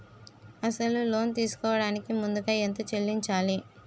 అసలు లోన్ తీసుకోడానికి ముందుగా ఎంత చెల్లించాలి?